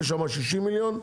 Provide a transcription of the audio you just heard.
יש שם 60 מיליון,